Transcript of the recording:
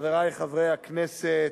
חברי חברי הכנסת,